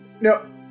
No